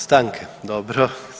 Stanke, dobro.